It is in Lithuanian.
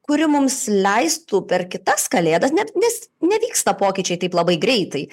kuri mums leistų per kitas kalėdas ne nes nevyksta pokyčiai taip labai greitai